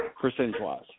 percentage-wise